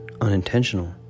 unintentional